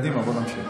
תראי מה זה.